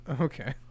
Okay